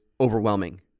overwhelming